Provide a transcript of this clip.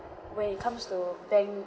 when it comes to bank